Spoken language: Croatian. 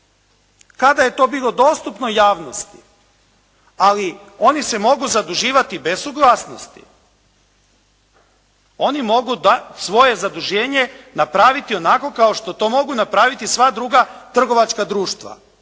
Kada je to bilo dostupno javnosti? Ali oni se mogu zaduživati bez suglasnosti. Oni mogu svoje zaduženje napraviti onako kao što to mogu napraviti sva druga trgovačka društva.